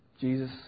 Jesus